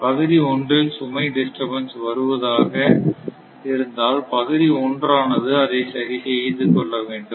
பகுதி ஒன்றில் சுமை டிஸ்டர்பன்ஸ் வருவதாக இருந்தால் பகுதி ஒன்றானது அதை சரி செய்து கொள்ள வேண்டும்